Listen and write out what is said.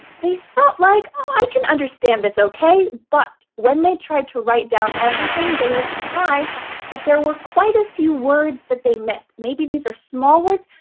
they felt like oh i can understand this okay but when they tried to write down everything they were surprised that there were quite a few words that they missed. maybe these are small words,